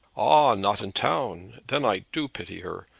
ah, not in town! then i do pity her.